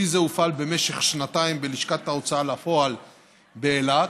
כלי זה הופעל במשך שנתיים בלשכת ההוצאה לפועל באילת,